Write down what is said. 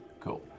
Cool